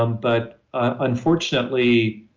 um but, unfortunately,